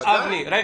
אני